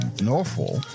Norfolk